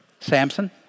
Samson